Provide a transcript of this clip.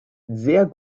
sehr